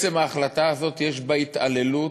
עצם ההחלטה הזאת יש בה התעללות